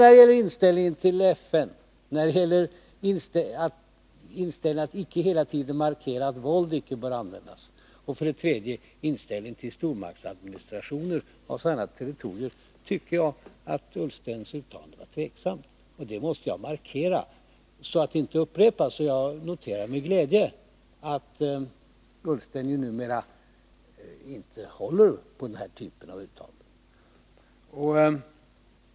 När det gäller både inställningen till FN, inställningen att man icke hela tiden skall markera att våld icke bör användas och inställningen till stormaktsadministrationer av sådana här territorier, tycker jag att Ola Ullstens uttalanden har varit tveksamma. Det måste jag markera, så att det inte upprepas. Jag noterar med glädje att Ola Ullsten numera inte håller på denna typ av uttalanden.